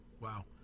Wow